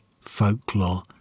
folklore